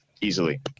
easily